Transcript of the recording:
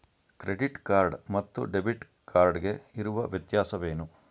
Credit card ಮತ್ತು debit card ಗೆ ಇರುವ ವ್ಯತ್ಯಾಸವೇನು?